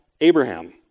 Abraham